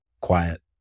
quiet